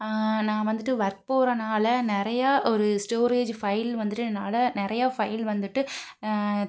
நான் வந்துட்டு ஒர்க் போகிறனால நிறையா ஒரு ஸ்டோரேஜ் ஃபைல் வந்துட்டு என்னால் நிறையா ஃபைல் வந்துட்டு